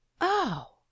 Oh